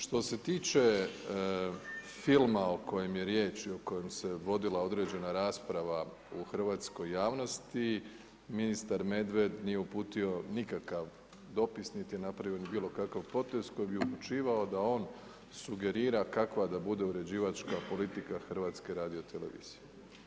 Što se tiče filma o kojem je riječ i o kojem se vodila određena rasprava u hrvatskoj javnosti ministar Medved nije uputio nikakav dopis niti je napravio bilo kakav potez koji bi upućivao da on sugerira kakva da bude uređivačka politika Hrvatske radiotelevizije.